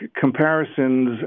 comparisons